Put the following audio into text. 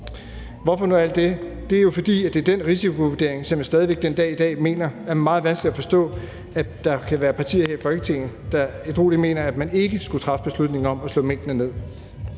jeg nu alt det? Det er jo, fordi det er på baggrund af den risikovurdering, at jeg stadig væk den dag i dag mener, at det er meget vanskeligt at forstå, at der kan være partier her i Folketinget, der ædrueligt mener, at man ikke skulle træffe beslutningen om at slå minkene ned.